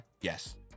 Yes